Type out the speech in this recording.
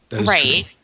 Right